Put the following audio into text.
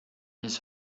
his